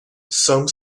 some